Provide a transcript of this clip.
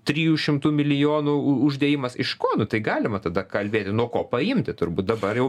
trijų šimtų milijonų uždėjimas iš ko tai galima tada kalbėti nuo ko paimti turbūt dabar jau